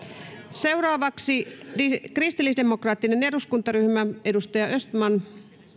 seuraavaksi kristillisdemokraattinen eduskuntaryhmä edustaja östman arvoisa puhemies